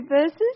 verses